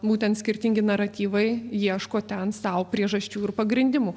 būtent skirtingi naratyvai ieško ten sau priežasčių ir pagrindimų